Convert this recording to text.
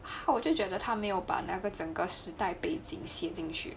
ha 我就觉得他没有把那个整个时代背景写进去